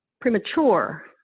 premature